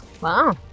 Wow